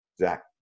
Zach